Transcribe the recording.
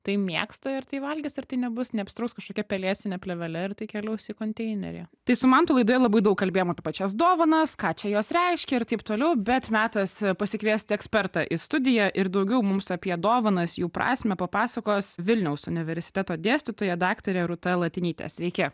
tai mėgsta ir tai valgys ar tai nebus neapsitrauks kažkokia pelėsine plėvele ir tai keliaus į konteinerį tai su mantu laidoje labai daug kalbėjom apie pačias dovanas ką čia jos reiškia ir taip toliau bet metas pasikviesti ekspertą į studiją ir daugiau mums apie dovanas jų prasmę papasakos vilniaus universiteto dėstytoja daktarė rūta latinytė sveiki